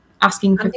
asking